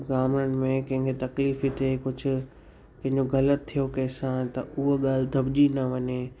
गामनि में कंहिंखे तकलीफ़ थी थिए कुझु कंहिंजो ग़लति थियो कंहिंसां त उहा ॻाल्हि दॿजी न वञे